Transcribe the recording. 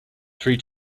three